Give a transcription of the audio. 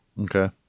Okay